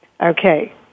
Okay